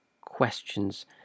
questions